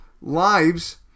lives